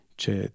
c'è